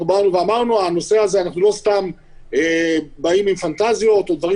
אמרנו שלא סתם אנחנו באים עם פנטזיות ודברים